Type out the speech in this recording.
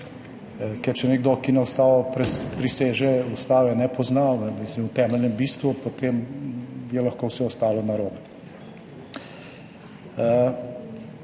Ker če nekdo, ki na ustavo priseže, ustave ne pozna v temeljnem bistvu, potem je lahko vse ostalo narobe.